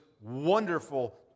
wonderful